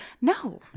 No